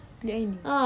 bilik air ni